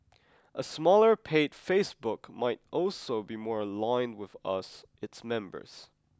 a smaller paid Facebook might also be more aligned with us its members